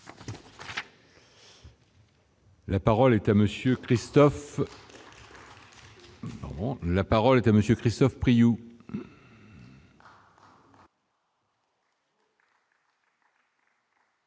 La parole est à M. Christophe Priou.